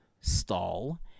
stall